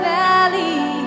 valley